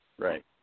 Right